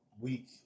week